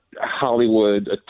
Hollywood